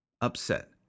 upset